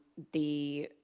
the